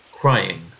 crying